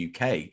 UK